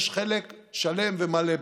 יש חלק שלם ומלא בה.